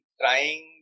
trying